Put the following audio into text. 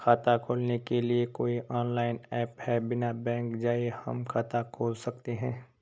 खाता खोलने के लिए कोई ऑनलाइन ऐप है बिना बैंक जाये हम खाता खोल सकते हैं?